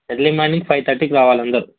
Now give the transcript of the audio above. early morning five తర్టీకి రావాలి అందరు